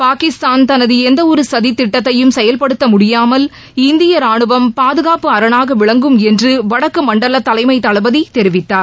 பாகிஸ்தான் தனதுஎந்தஒருசதிதிட்டத்தையும் செயல்படுத்தமுடியாமல் இந்தியரானுவம் பாதுகாப்பு அரணாகவிளங்கும் என்றுவடக்குமண்டலதலைமைதளபதிதெரிவித்தார்